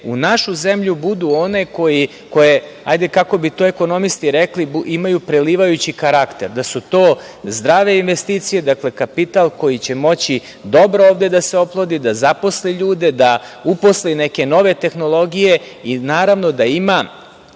u našu zemlju budu one koje, hajde kako bi to ekonomisti rekli, imaju prelivajući karakter, da su to zdrave investicije, dakle, kapital koji će moći dobro ovde da se oplodi, da zaposli ljude, da uposli neke nove tehnologije i, naravno, da ima